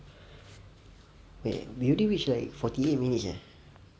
wait do you think we should like fourty eight minutes eh